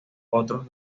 otros